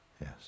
Yes